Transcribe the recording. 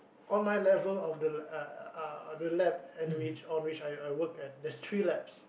on my level of the uh the lab on which on which I work at there's three labs